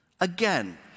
Again